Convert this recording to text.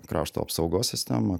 krašto apsaugos sistemą